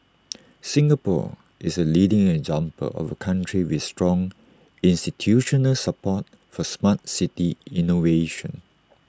Singapore is A leading example of A country with strong institutional support for Smart City innovation